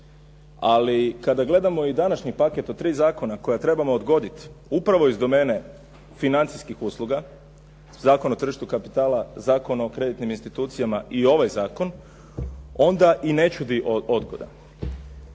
Ali kada gledamo i današnji paket od 3 zakona koja trebamo odgoditi upravo iz domene financijskih usluga, Zakon o tržištu kapitala, Zakon o kreditnim institucijama i ovaj zakon, onda i ne čudi odgoda.